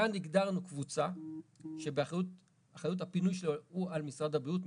כאן הגדרנו קבוצה שבאחריות הפינוי היא על משרד הבריאות,